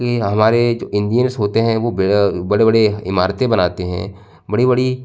कि हमारे जो इंजीनियर्स होते हैं वो बड़े बड़े इमारतें बनाते हैं बड़ी बड़ी